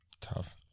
tough